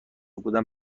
بودن